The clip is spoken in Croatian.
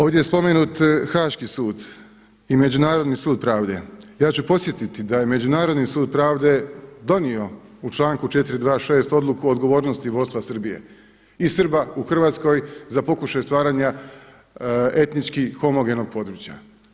Ovdje je spomenut Haaški sud i Međunarodni sud pravde, ja ću podsjetiti da je Međunarodni sud pravde donio u članku 426. odluku o odgovornosti vodstva Srbije i Srba u Hrvatskoj za pokušaj stvaranja etnički homogenog područja.